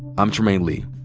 i'm trymaine lee.